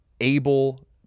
able